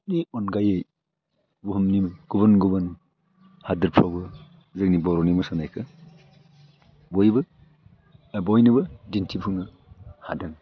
नि अनगायै बुहुमनि गुबुन गुबुन हादोरफ्रावबो जोंनि बर'नि मोसानायखो बयबो बा बयनोबो दिन्थिफुनो हादों